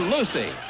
Lucy